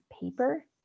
paper